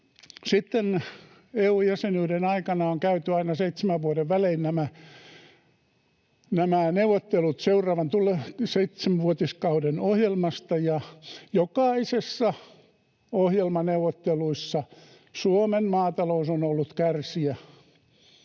Sitten EU-jäsenyyden aikana on käyty aina seitsemän vuoden välein neuvottelut seuraavan seitsenvuotiskauden ohjelmasta, ja jokaisissa ohjelmaneuvotteluissa Suomen maata-lous on ollut kärsijä.